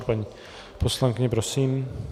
Paní poslankyně, prosím.